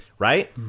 Right